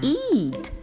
eat